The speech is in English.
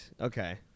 Okay